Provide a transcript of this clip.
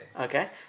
okay